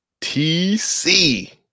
TC